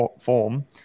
form